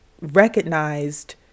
recognized